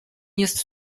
jest